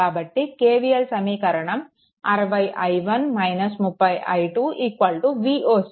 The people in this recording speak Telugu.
కాబట్టి KVL సమీకరణం 60i1 30i2 Voc